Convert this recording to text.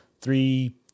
three